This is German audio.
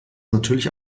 natürlich